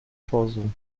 torso